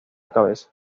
cabeza